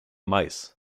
mais